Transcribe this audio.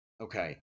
okay